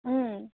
अँ